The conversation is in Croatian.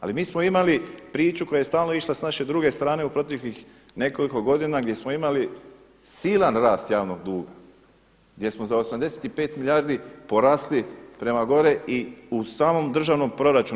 Ali mi smo imali priču koja je stalno išla s naše druge strane u proteklih nekoliko godina gdje smo imali silan rast javnog duga, gdje smo za 85 milijardi porasli prema gore i u samom državnom proračunu.